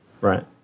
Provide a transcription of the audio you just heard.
Right